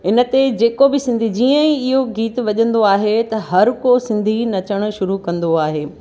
इन ते जेको बि सिंधी जीअं ई इहो गीत वॼंदो आहे त हर को सिंधी नचणु शुरू कंदो आहे